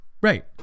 Right